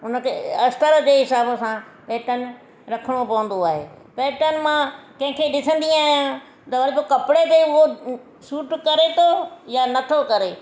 उनखे अस्तर जे हिसाब सां पेटर्न रखिणो पवंदो आहे पेटर्न मां कंहिंखे ॾिसंदी आहियां त हो कपिड़े ते हो सूट करे थो या नथो करे